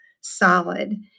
solid